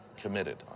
committed